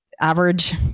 average